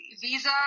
visa